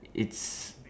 it's